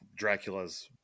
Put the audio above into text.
Draculas